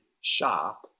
shop